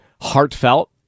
heartfelt